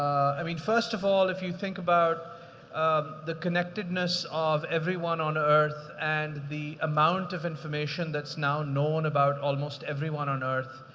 i mean, first of all, if you think about um the connectedness off everyone on earth and the amount of information that's now known about almost everyone on earth.